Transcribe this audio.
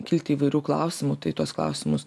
kilti įvairių klausimų tai tuos klausimus